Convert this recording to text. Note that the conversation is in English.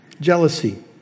jealousy